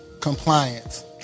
compliance